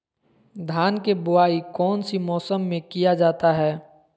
धान के बोआई कौन सी मौसम में किया जाता है?